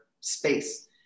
space